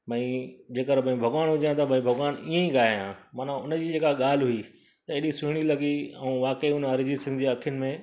भाई जेकर भॻवान हुजे हा त भाई भॻवान ईअं ई गाए आहे माना उन जी जेका ॻाल्हि हुई अहिड़ी सुहिणी लॻी ऐं वाकई हुन अरिजीत सिंह जी अखियुनि में